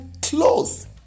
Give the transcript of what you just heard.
clothes